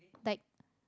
like